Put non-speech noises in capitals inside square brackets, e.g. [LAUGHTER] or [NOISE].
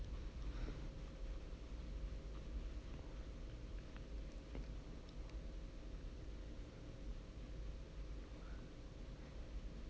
[BREATH]